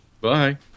bye